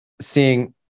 Seeing